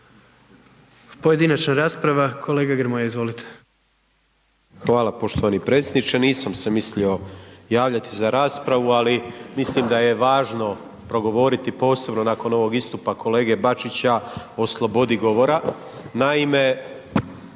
Pojedinačna rasprava, kolega Grmoja, izvolite. **Grmoja, Nikola (MOST)** Hvala poštovani predsjedniče, nisam se mislio javljati za raspravu ali mislim da je važno progovoriti posebno nakon ovog istupa kolege Bačića o slobodi govora.